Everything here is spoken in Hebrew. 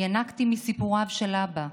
ינקתי מסיפוריו של אבא.